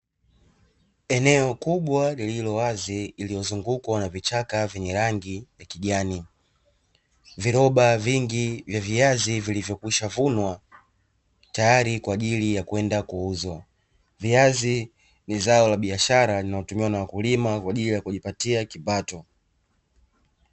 Eneo kubwa lililowazi lililozungukwa na vichaka venye rangi ya kijani, viroba vingi vya viazi vilivyokwisha vunwa, tayari kwaajili ya kwenda kuuzwa. Viazi ni zao la biashara linalotumiwa na wakulima kwaajili ya kujipatia kipato.